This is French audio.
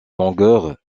longueur